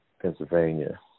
Pennsylvania